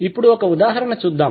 ఇప్పుడు ఒక ఉదాహరణ చూద్దాం